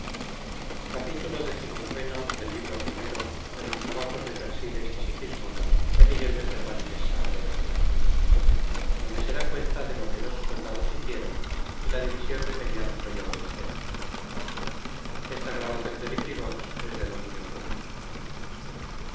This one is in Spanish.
donde se da cuenta de lo que dos soldados hicieron y la division de periandro y auristela